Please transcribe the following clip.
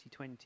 2020